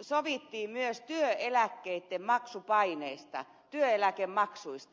sovittiin myös työeläkkeitten maksupaineista työeläkemaksuista